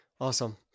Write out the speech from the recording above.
awesome